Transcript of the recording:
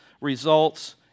results